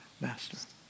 Master